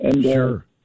sure